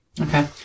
Okay